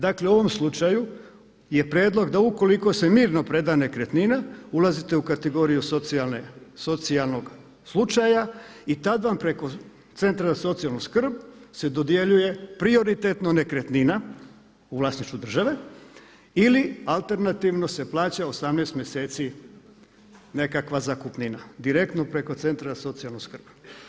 Dakle u ovom slučaju je prijedlog da ukoliko se mirno preda nekretnina ulazite u kategoriju socijalnog slučaja i tad vam preko centra za socijalnu skrb se dodjeljuje prioritetno nekretnina u vlasništvu države ili alternativno se plaća 18 mjeseci nekakva zakupnina direktno preko centra za socijalnu skrb.